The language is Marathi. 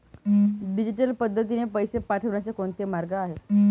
डिजिटल पद्धतीने पैसे पाठवण्याचे कोणते मार्ग आहेत?